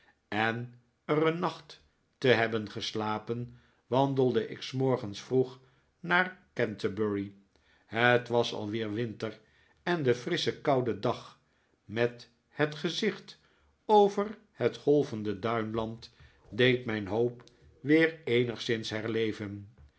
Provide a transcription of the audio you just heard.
en er een nacht te hebben geslapen wandelde ik s morgens vroeg naar canterbury het was alweer winter en de frissche koude dag met het gezicht over het golvende duinland deed mijn hoop weer eenigszins herleven